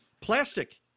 plastic